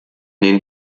den